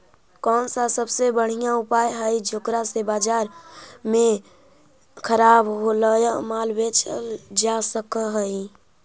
कौन सा सबसे बढ़िया उपाय हई जेकरा से बाजार में खराब होअल माल बेचल जा सक हई?